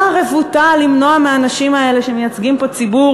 מה הרבותא בלמנוע מהאנשים האלה שמייצגים פה ציבור